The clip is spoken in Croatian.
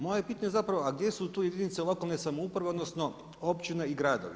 Moje je pitanje zapravo a gdje su tu jedinice lokalne samouprave odnosno općine i gradovi.